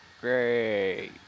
Great